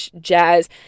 Jazz